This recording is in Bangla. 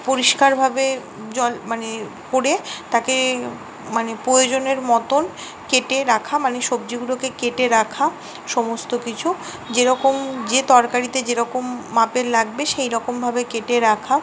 পরিষ্কারভাবে জল মানে করে তাকে মানে প্রয়োজনের মতন কেটে রাখা মানে সবজিগুলোকে কেটে রাখা সমস্ত কিছু যে রকম যে তরকারিতে যে রকম মাপের লাগবে সেই রকমভাবে কেটে রাখা